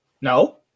No